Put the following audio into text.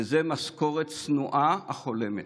משכורת צנועה אך הולמת.